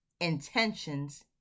intentions